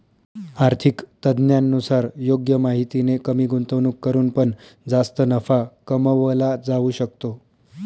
आर्थिक तज्ञांनुसार योग्य माहितीने कमी गुंतवणूक करून पण जास्त नफा कमवला जाऊ शकतो